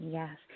Yes